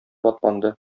атланды